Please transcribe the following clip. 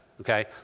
okay